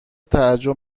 تعجب